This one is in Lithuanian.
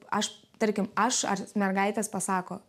aš tarkim aš ar mergaitės pasako